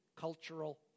cultural